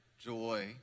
joy